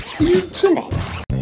internet